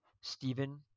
Stephen